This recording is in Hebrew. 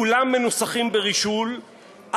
כולם מנוסחים ברישול,